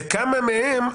וכמה מהם,